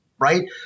Right